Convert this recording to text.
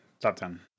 Top-ten